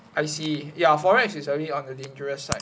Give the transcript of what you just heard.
I see ya Forex is a bit on the dangerous side